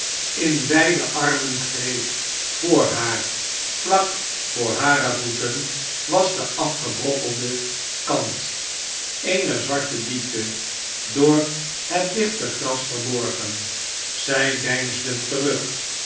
in beide armen greep voor haar vlak voor hare voeten was de afgebrokkelde kant eener zwarte diepte door het dichte gras verborgen zij deinsden terug